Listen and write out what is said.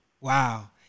Wow